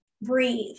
Breathe